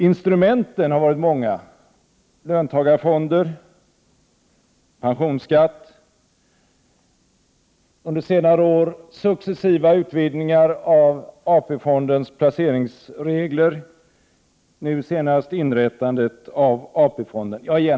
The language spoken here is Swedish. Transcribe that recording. Instrumenten har varit många — löntagarfonder, pensionsskatt och under senare år successiva utvidgningar av AP-fondens placeringsregler.